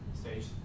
stage